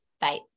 Bye